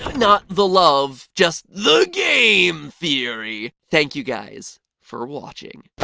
not! the love just. the game theory! thank you guys, for watching.